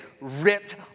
ripped